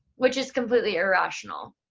which is completely irrational,